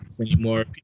anymore